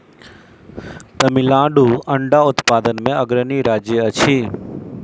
तमिलनाडु अंडा उत्पादन मे अग्रणी राज्य अछि